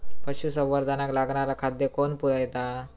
पशुसंवर्धनाक लागणारा खादय कोण पुरयता?